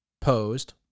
posed